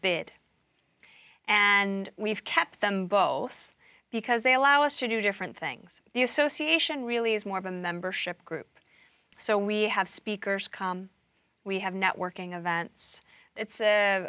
bid and we've kept them both because they allow us to do different things the association really is more of a membership group so we have speakers we have networking events it's a